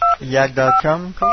yak.com